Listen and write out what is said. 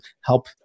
help